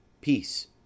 Peace